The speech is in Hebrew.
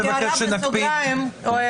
יוליה